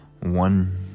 one